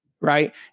Right